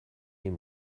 این